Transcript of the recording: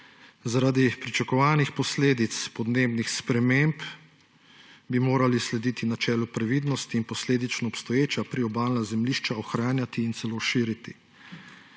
Zaradi pričakovanih posledic podnebnih sprememb bi morali slediti načelu previdnosti in posledično obstoječa priobalna zemljišča ohranjati in celo širiti.